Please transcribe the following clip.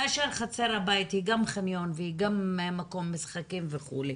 זה כאשר חצר הבית היא גם חניון וגם מקום משחקים וכו'.